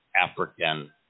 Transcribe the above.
African